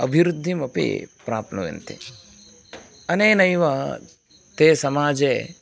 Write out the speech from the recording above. अभिवृद्धिमपि प्राप्नुयन्ति अनेनैव ते समाजे